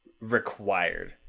required